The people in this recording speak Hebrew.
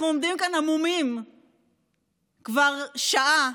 אנחנו עומדים כאן המומים כבר שעה,